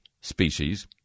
species